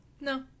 No